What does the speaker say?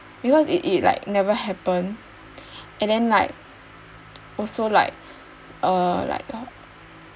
because it it like never happened and then like also like uh like